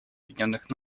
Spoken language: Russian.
объединенных